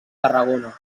tarragona